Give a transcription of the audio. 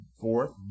Fourth